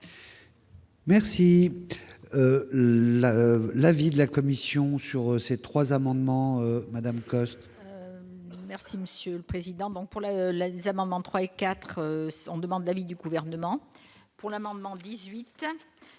Merci là l'avis de la Commission sur ces 3 amendements Madame Coste. Merci Monsieur le Président, bon pour la la les amendements 3 et 4 on demande l'avis du gouvernement pour l'amendement 18